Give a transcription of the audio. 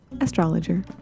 astrologer